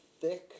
thick